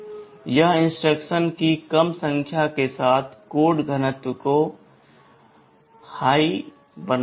यह इंस्ट्रक्शन की कम संख्या के साथ कोड घनत्व को उच्च बनाता है